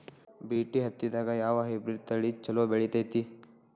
BT ಹತ್ತಿದಾಗ ಯಾವ hybrid ತಳಿ ಛಲೋ ಬೆಳಿತೈತಿ?